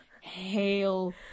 hail